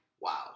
wow